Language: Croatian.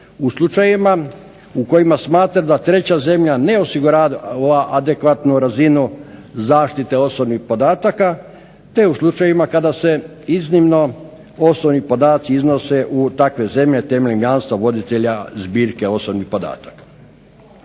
u slučajevima u kojima smatra da treća zemlja ne osigurava adekvatnu razinu zaštite osobnih podatka te u slučajevima kada se iznimno osobni podaci iznose u takve zemlje temeljem jamstva voditelja zbirke osobnih podataka.